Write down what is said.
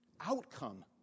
Outcome